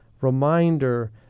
reminder